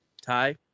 Ty